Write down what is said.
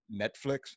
netflix